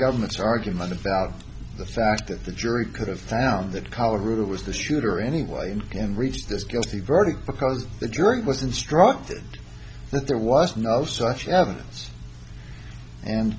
government's argument about the fact that the jury could have found that color who was the shooter anyway and reach this guilty verdict because the jury was instructed that there was no such evidence and